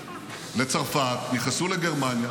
נתתי את ההשוואה ואמרתי: